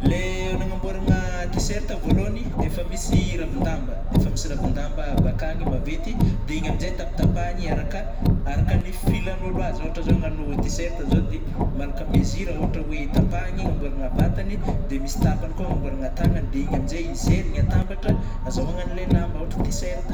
Le nagnamboaragna ti-shirt vôlôhany, efa misy ravindamba- efa misy ravindamba bakany maventy, de igny amnjai taptapahigny araka- arkany filanôlo azy ôhatra zao agnano ti-shirt zao de, malka mesure ôhatra oe tapahigny agnamboaragna vatagny de misy tapany koa agnamboaragna tagnany de igny amnjay i zerign' atambatra azahoagna le lamba ôhatra oe ti-shirt.